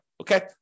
Okay